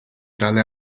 tale